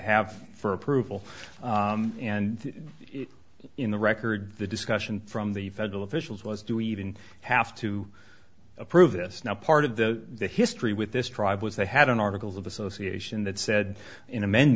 have for approval and in the record the discussion from the federal officials was do we even have to approve this now part of the history with this tribe was they had an articles of association that said in amen